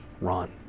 run